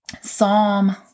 Psalm